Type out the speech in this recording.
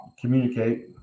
communicate